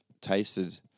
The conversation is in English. tasted